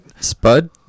Spud